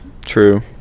True